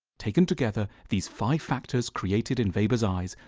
taken together these five factors created, in weber's eyes,